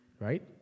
right